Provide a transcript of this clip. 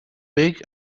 big